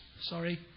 Sorry